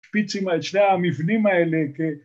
שפיצים על שני המבנים האלה